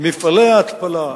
מפעלי ההתפלה,